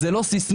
זה לא סיסמה,